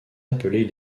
appelés